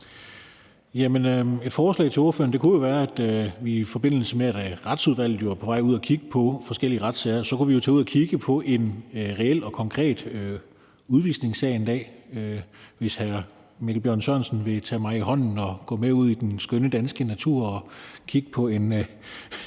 et forslag til ordføreren kunne jo være, at vi, i forbindelse med at Retsudvalget er på vej ud at kigge på forskellige retssager, så kunne tage ud og kigge på en reel og konkret udvisningssag en dag. Hvis hr. Mikkel Bjørn vil tage mig i hånden og gå med ud i den skønne danske natur og kigge på en